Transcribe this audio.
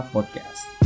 Podcast